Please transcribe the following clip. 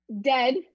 dead